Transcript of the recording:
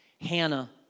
Hannah